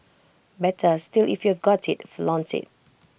better still if you've got IT flaunt IT